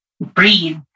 breathe